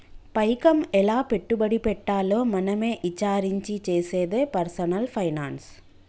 పైకం ఎలా పెట్టుబడి పెట్టాలో మనమే ఇచారించి చేసేదే పర్సనల్ ఫైనాన్స్